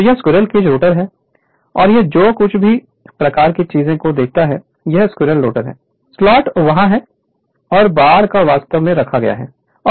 तो यह squirrel cage rotor है और यहाँ जो कुछ भी बार प्रकार की चीजों को देखता है यह स्क्विरल केज रोटर है स्लॉट वहाँ हैं और बार को वास्तव में रखा गया है